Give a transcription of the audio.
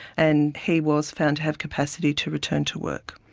and he was found to have capacity to return to work.